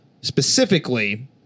specifically